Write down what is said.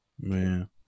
man